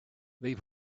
they